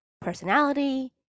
personality